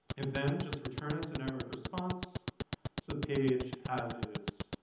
it then just returns a network response to the page, as is.